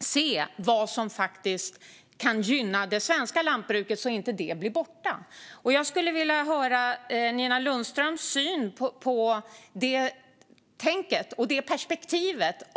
se vad som kan gynna det svenska lantbruket så att det inte försvinner. Jag vill höra Nina Lundströms syn på det här tänket.